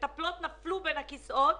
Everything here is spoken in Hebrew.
המטפלות נפלו בין הכיסאות.